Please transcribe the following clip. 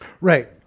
Right